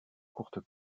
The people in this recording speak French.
courtes